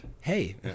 Hey